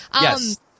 Yes